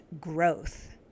growth